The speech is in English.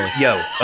Yo